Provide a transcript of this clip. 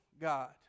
God